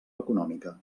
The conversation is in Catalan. econòmica